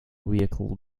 vehicle